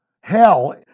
Hell